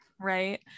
right